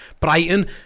Brighton